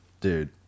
Dude